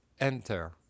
enter